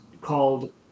called